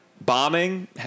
Bombing